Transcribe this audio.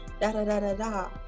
Da-da-da-da-da